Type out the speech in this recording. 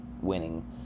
winning